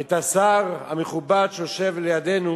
את השר המכובד שיושב לידנו